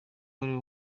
uwariwe